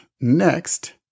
Next